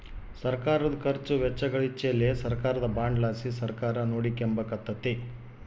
ಸರ್ಕಾರುದ ಖರ್ಚು ವೆಚ್ಚಗಳಿಚ್ಚೆಲಿ ಸರ್ಕಾರದ ಬಾಂಡ್ ಲಾಸಿ ಸರ್ಕಾರ ನೋಡಿಕೆಂಬಕತ್ತತೆ